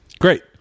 Great